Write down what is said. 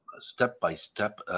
step-by-step